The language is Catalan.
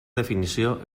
definició